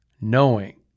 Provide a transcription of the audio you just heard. Knowing